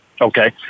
Okay